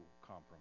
compromise